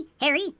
Harry